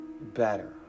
better